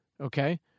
okay